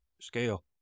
scale